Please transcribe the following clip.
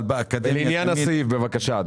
ולעניין הסעיף, בבקשה.